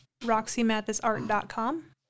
roxymathisart.com